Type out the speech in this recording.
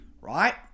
Right